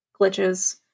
glitches